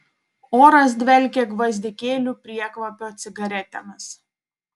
oras dvelkė gvazdikėlių priekvapio cigaretėmis